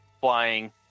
flying